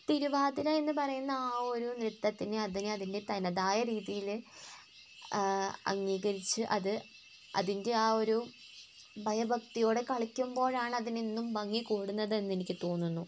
തിരുവാതിരയെന്ന് പറയുന്ന ആ ഒരു നൃത്തത്തിന് അതിനെ അതിൻ്റെ തനതായ രീതിയില് അംഗീകരിച്ച് അത് അതിൻ്റെ ആ ഒരു ഭയഭക്തിയോടെ കളിക്കുമ്പോഴാണ് അതിനെന്നും ഭംഗി കൂടുന്നതെന്നെനിക്ക് തോന്നുന്നു